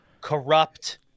corrupt